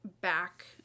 back